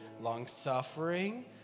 long-suffering